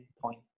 point